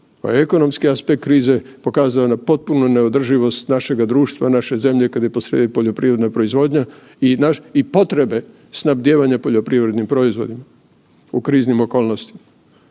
ekonomski aspekt krize, pokazao na potpunu neodrživost našega društva, naše zemlje kad je po srijedi poljoprivredna proizvodnja i potrebe snabdijevanja poljoprivrednim proizvodima u kriznim okolnostima.